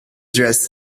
dress